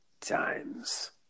times